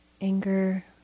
anger